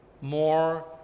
more